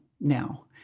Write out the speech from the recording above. now